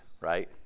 right